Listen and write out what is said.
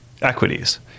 equities